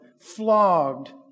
Flogged